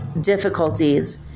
difficulties